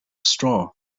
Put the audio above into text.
straw